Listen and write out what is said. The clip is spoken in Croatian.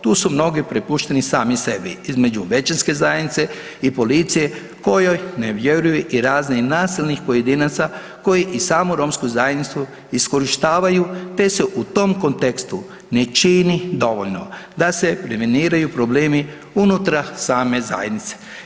Tu su mnogi prepušteni sami sebi između većinske zajednice i policije kojoj ne vjeruju i raznih nasilnih pojedinaca koji i samu romsku zajednicu iskorištavaju te se u tom kontekstu ne čini dovoljno da se preveniraju problemi unutar same zajednice.